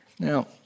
Now